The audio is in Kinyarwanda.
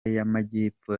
y’amajyepfo